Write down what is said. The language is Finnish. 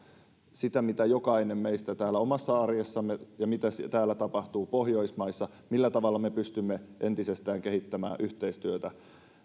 sitä mitä jokainen meistä kokee omassa arjessamme ja mitä täällä pohjoismaissa tapahtuu millä tavalla me pystymme entisestään kehittämään yhteistyötä